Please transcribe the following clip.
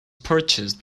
purchased